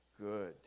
good